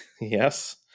yes